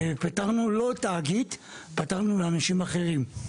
ופנינו לא לתאגיד אלא לגורמים אחרים.